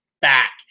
back